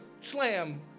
slam